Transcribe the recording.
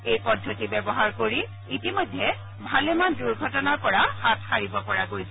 এই পদ্ধতি ব্যৱহাৰ কৰি ইতিমধ্যে ভালেমান দুৰ্ঘটনাৰ পৰা হাত সাৰিব পৰা গৈছে